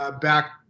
back